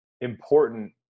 important